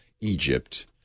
Egypt